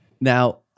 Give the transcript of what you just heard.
Now